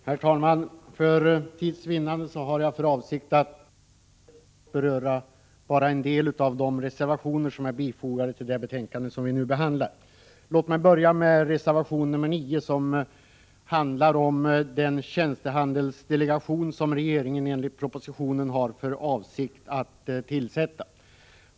Herr talman! För tids vinnande har jag för avsikt att beröra endast en del av de reservationer som är fogade till det betänkande som vi nu behandlar. Låt mig börja med reservation 9, som handlar om den tjänstehandelsdelegation som regeringen enligt propositionen har för avsikt att tillsätta.